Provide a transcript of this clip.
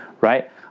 right